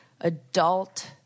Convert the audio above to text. adult